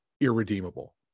irredeemable